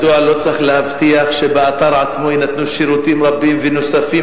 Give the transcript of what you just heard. מדוע לא צריך להבטיח שבאתר עצמו יינתנו שירותים רבים ונוספים?